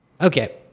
Okay